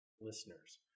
listeners